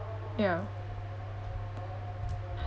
ya